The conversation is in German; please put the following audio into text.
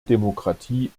demokratie